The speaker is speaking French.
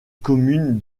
commune